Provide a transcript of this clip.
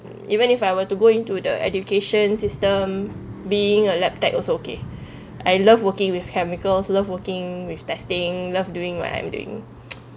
even if I were to go into the education system being a lab tech also okay I love working with chemicals love working with testing love doing what I'm doing